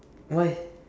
why